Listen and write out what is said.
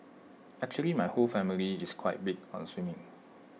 actually my whole family is quite big on swimming